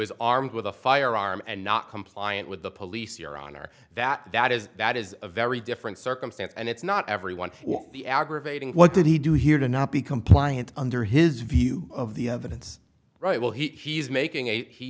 is armed with a firearm and not compliant with the police your honor that that is that is a very different circumstance and it's not everyone will be aggravating what did he do here to not be compliant under his view of the evidence right well he's making